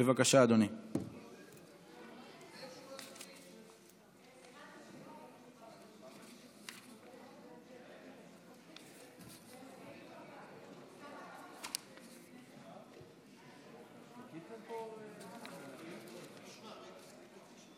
בבקשה, אדוני.